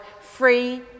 free